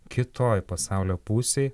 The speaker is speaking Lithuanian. kitoj pasaulio pusėj